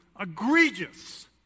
egregious